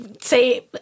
say